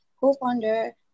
co-founder